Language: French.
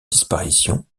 disparition